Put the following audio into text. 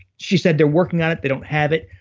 she said they're working on it. they don't have it,